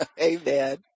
Amen